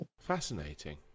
Fascinating